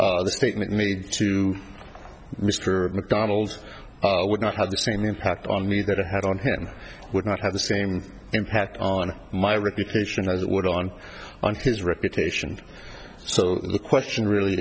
the statement made to mr mcdonald's would not have the same impact on me that it had on him would not have the same impact on my reputation as it would on on his reputation so the question really